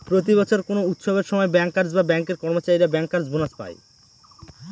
প্রতি বছর কোনো উৎসবের সময় ব্যাঙ্কার্স বা ব্যাঙ্কের কর্মচারীরা ব্যাঙ্কার্স বোনাস পায়